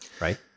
right